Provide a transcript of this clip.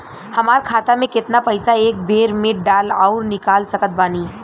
हमार खाता मे केतना पईसा एक बेर मे डाल आऊर निकाल सकत बानी?